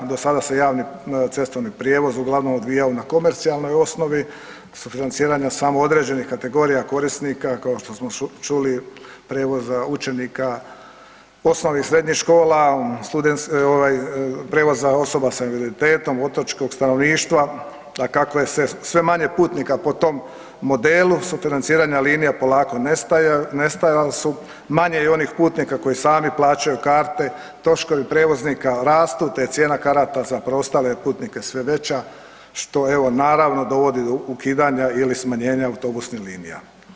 Do sada se javni cestovni prijevoz uglavnom odvijao na komercionalnoj osnovi, sufinanciranja samo određenih kategorija korisnika, kao što smo čuli prijevoza učenika osnovnih i srednjih škola, prijevoza osoba sa invaliditetom, otočkog stanovništva, a kako je sve manje putnika po tom modelu, sufinanciranja linija polako nestajala su, manje je onih putnika koji sami plaćaju karte, troškovi prijevoznika rastu, te je cijena karata za preostale putnike sve veća, što evo naravno dovodi do ukidanja ili smanjenja autobusnih linija.